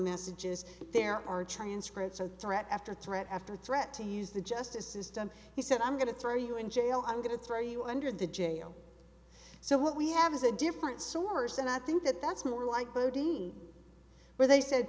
messages there are transcripts of threat after threat after threat to use the justice system he said i'm going to throw you in jail i'm going to throw you under the jail so what we have is a different source and i think that that's more like where they said